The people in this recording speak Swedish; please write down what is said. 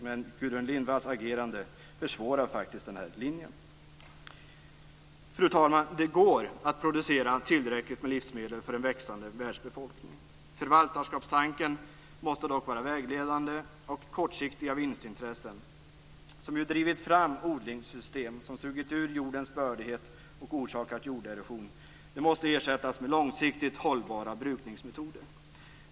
Men Gudrun Lindvalls agerande försvårar den linjen. Fru talman! Det går att producera tillräckligt med livsmedel för en växande världsbefolkning. Förvaltarskapstanken måste dock vara vägledande och kortsiktiga vinstintressen - som drivit fram odlingssystem som sugit ur jordens bördighet och orsakat jorderosion - måste ersättas med långsiktigt hållbara brukningsmetoder.